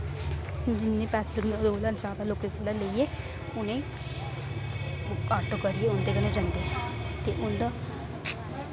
जिन्ने पैसे लगदे उदे कोला ज्यादा लोकें कोला लेइयै उ'ने आटो करियै उंदे कन्नै जन्दे ते उंदा